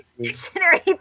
dictionary